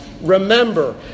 remember